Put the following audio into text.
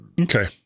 Okay